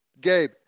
gabe